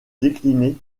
décliné